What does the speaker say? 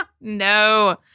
No